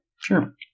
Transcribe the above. Sure